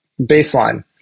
baseline